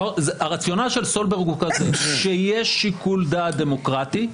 הרציונל של סולברג הוא שכאשר יש שיקול דעת דמוקרטי,